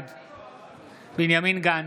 בעד בנימין גנץ,